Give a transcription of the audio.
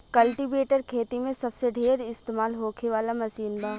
cultivator खेती मे सबसे ढेर इस्तमाल होखे वाला मशीन बा